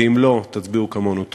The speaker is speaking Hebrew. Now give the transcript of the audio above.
ואם לא, תצביעו כמונו.